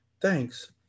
thanks